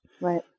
right